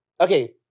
okay